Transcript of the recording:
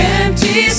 empty